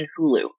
hulu